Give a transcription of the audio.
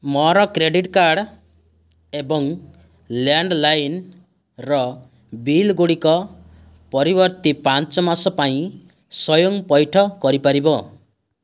ମୋର credit card ଏବଂ ଲ୍ୟାଣ୍ଡ୍ଲାଇନ୍ର ବିଲ୍ ଗୁଡ଼ିକ ପରିବର୍ତ୍ତୀ ପାଞ୍ଚ ମାସ ପାଇଁ ସ୍ଵୟଂ ପଇଠ କରିପାରିବ